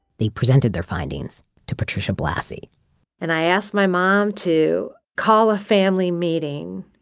they presented their findings to patricia blassi and i asked my mom to call a family meeting,